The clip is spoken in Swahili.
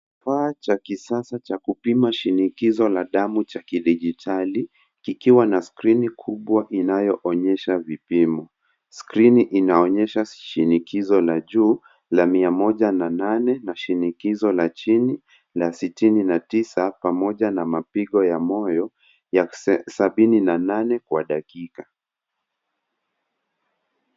Kifaa cha kisasa cha kupima shinikizo la damu cha kidijitali kikiwa na skrini kubwa inayoonyesha vipimo. Skrini inaonyesha shinikizo la juu la mia moja na nane na shinikizo la chini na sitini na tisa pamoja na mapigo ya moyo ya sabini na nane kwa dakika.